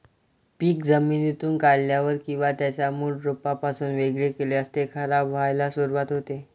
पीक जमिनीतून काढल्यावर किंवा त्याच्या मूळ रोपापासून वेगळे केल्यास ते खराब व्हायला सुरुवात होते